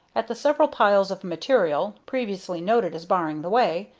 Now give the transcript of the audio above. at the several piles of material, previously noted as barring the way,